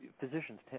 Physicians